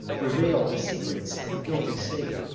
reveal the secrets of the guilty state,